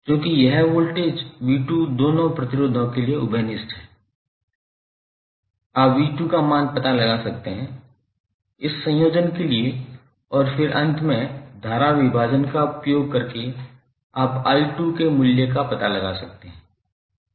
चूंकि यह वोल्टेज 𝑣2 दोनों प्रतिरोधों के लिए उभय निष्ठ है आप 𝑣2 का मान पता लगा सकते हैं इस संयोजन के लिए और फिर अंत में धारा विभाजन का उपयोग करके आप 𝑖2 के मूल्य का पता लगा सकते हैं